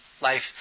life